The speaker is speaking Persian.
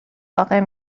واقع